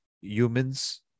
humans